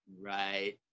Right